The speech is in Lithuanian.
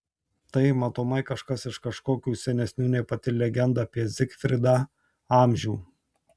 tai matomai kažkas iš kažkokių senesnių nei pati legenda apie zigfridą amžių